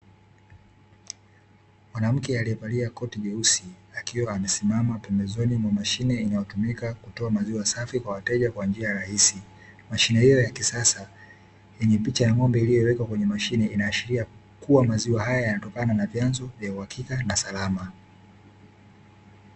Mwanamke aliyevalia koti jeusi akiwa amesimama pembezoni mwa mashine inayotumika kutoa maziwa safi kwa wateja kwa njia rahisi. Mashine hiyo ya kisasa yenye picha ya ng'ombe iliyowekwa kwenye mashine, inaashiria kuwa maziwa haya yanatokana na vyanzo vya uhakika na salama.